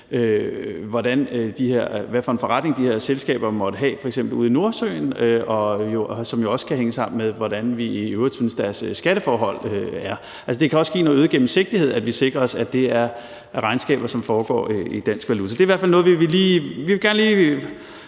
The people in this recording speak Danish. for en forretning de her selskaber måtte have, f.eks. ude i Nordsøen, og hvilket også kan hænge sammen med, hvordan vi i øvrigt synes deres skatteforhold er. Altså, det kan også give noget øget gennemsigtighed, at vi sikrer os, at det er regnskaber, som foregår i dansk valuta. Så det er i hvert fald noget, hvor vi gerne lige